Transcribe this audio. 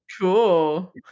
cool